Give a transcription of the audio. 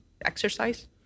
exercise